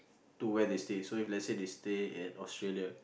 to where to stay so if let's say they stay at Australia